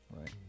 Right